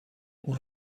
اون